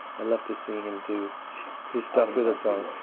i loved to see him do his stuff with a song